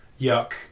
yuck